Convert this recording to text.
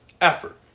effort